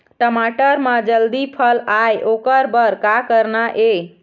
टमाटर म जल्दी फल आय ओकर बर का करना ये?